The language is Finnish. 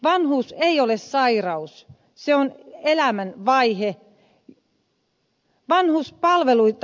vanhuus ei ole sairaus se on elämänvaihe